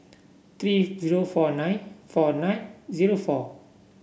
three zero four nine four nine zero four